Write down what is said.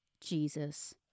Jesus